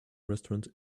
restaurant